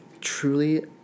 truly